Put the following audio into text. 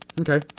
Okay